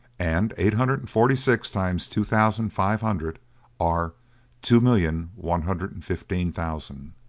and eight hundred and forty six times two thousand five hundred are two million one hundred and fifteen thousand.